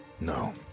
No